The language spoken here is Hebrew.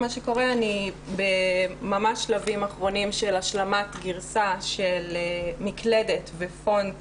מה שקורה הוא שאני ממש בשלבים אחרונים של השלמת גרסה של מקלדת ופונט